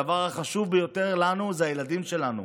הדבר החשוב ביותר לנו זה הילדים שלנו,